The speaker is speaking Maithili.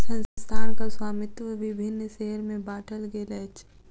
संस्थानक स्वामित्व विभिन्न शेयर में बाटल गेल अछि